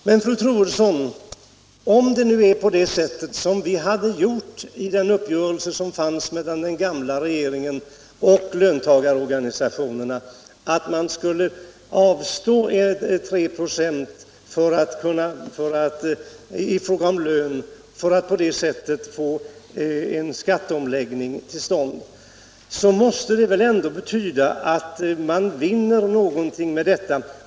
Men, fru Troedsson, om vi hade gjort på det sätt som den gamla regeringen och löntagarorganisationerna hade kommit överens om, att löntagarna skulle avstått från 3 26 av lönehöjningarna för att på det sättet få till stånd en skatteomläggning, hade väl det inneburit att vi hade vunnit någonting med detta?